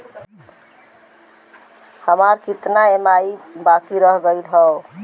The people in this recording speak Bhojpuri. हमार कितना ई ई.एम.आई बाकी रह गइल हौ?